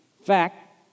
fact